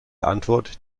antwort